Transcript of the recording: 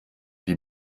die